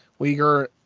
Uyghur